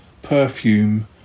Perfume